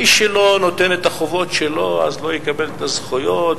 מי שלא ממלא את החובות שלו אז לא יקבל את הזכויות,